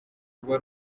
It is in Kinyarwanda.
ruba